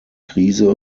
krise